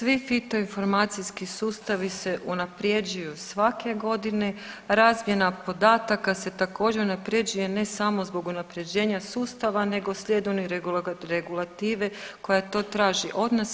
Svi fito informacijski sustavi se unapređuju svake godine, razmjena podataka se također unapređuje ne samo zbog unapređenja sustava nego slijedom regulative koja to traži od nas.